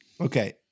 Okay